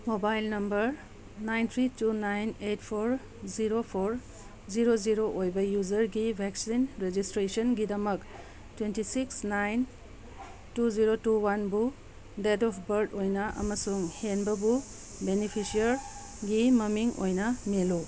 mobile number nine three two nine eight four zero four zero zero ꯑꯣꯏꯕ ꯌꯨꯁꯔꯒꯤ vaccine ꯔꯤꯖꯤꯁꯇ꯭ꯔꯦꯁꯟꯒꯤꯗꯃꯛ twenty six nine two zero two ꯋꯥꯟꯕꯨ date of birth ꯑꯣꯏꯅ ꯑꯃꯁꯨꯡ ꯍꯦꯟꯕꯕꯨ ꯕꯦꯅꯤꯐꯤꯁꯤꯌꯥꯔꯒꯤ ꯃꯃꯤꯡ ꯑꯣꯏꯅ ꯃꯦꯜꯂꯨ